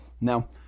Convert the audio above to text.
Now